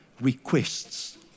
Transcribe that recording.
requests